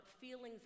feelings